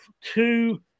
two